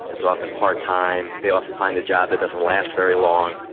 it's often part-time, they often find a job that doesn't last very long,